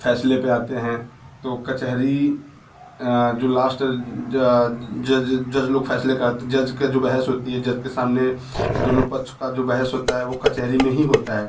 फ़ैसले पर आते हैं तो कचहरी जो लाश्ट जज जज लोग फ़ैसले जज का जो बहस होती है जज के सामने दोनों पक्ष की जो बहस होती है वो कचहरी में ही होती है